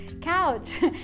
couch